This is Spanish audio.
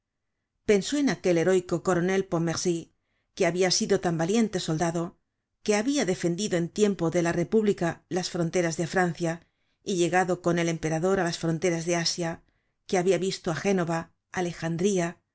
pensó en aquel heroico coronel pontmercy que habia sido tan valiente soldado que habia defendido en tiempo de la repúbliea las fronteras de francia y llegado con el emperador á las fronteras de asia que habia visto á génova alejandría